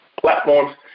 platforms